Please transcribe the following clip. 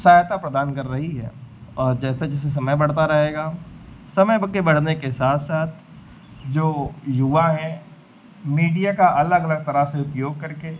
सहायता प्रदान कर रही है और जैसे जैसे समय बढ़ता रहेगा समय के बढ़ने के साथ साथ जो युवा हैं मीडिया का अलग अलग तरह से उपयोग करके